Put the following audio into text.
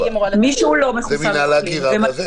מי שהוא לא מחוסן או מחלים ומגיע,